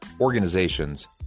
organizations